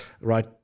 right